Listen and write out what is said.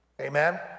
Amen